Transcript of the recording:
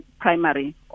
primary